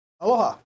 Aloha